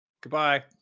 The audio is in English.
Goodbye